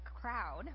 crowd